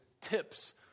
tips